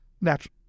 natural